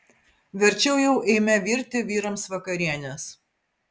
verčiau jau eime virti vyrams vakarienės